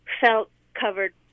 felt-covered